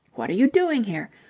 what are you doing here?